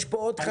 יש פה עוד חסם.